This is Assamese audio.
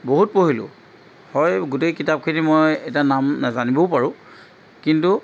বহুত পঢ়িলোঁ হয় গোটেই কিতাপখিনি মই এতিয়া নাম নাজানিবও পাৰোঁ কিন্তু